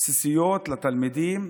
בסיסיות לתלמידים.